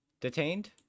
detained